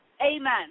Amen